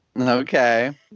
Okay